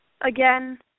again